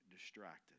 distracted